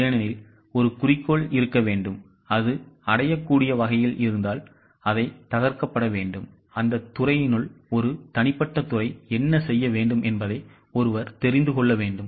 ஏனெனில் ஒரு குறிக்கோள் இருக்க வேண்டும் அது அடையக்கூடிய வகையில் இருந்தால் அதை தகர்க்கப்பட வேண்டும் அந்தத் துறையினுள் ஒரு தனிப்பட்ட துறை என்ன செய்ய வேண்டும் என்பதை ஒருவர் தெரிந்து கொள்ள வேண்டும்